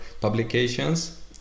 publications